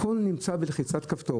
הכול נמצא בלחיצת כפתור.